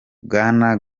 bwana